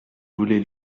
voulez